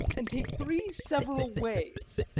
and take three several ways.